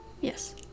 Yes